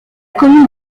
commune